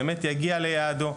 באמת יגיע לייעדו.